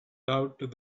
doubt